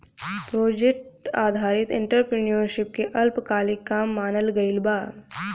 project आधारित entrepreneurship के अल्पकालिक काम मानल गइल बा